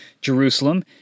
Jerusalem